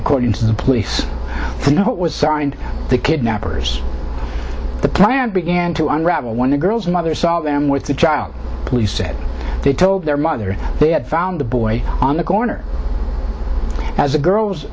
according to the police no it was signed the kidnappers the plan began to unravel when the girls mother saw them with the child police said they told their mother they had found the boy on the corner as the girl's